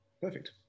Perfect